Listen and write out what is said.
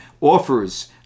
offers